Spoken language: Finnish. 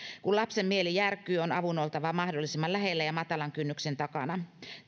kun lapsen mieli järkkyy on avun oltava mahdollisimman lähellä ja matalan kynnyksen takana